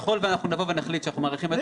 ככל שנבוא ונחליט שאנחנו מאריכים,